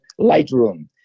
Lightroom